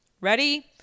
ready